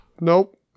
nope